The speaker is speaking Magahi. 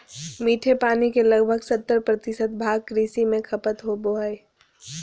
मीठे पानी के लगभग सत्तर प्रतिशत भाग कृषि में खपत होबो हइ